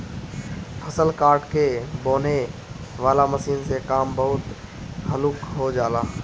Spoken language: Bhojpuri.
फसल काट के बांनेह वाला मशीन से काम बहुत हल्लुक हो जाला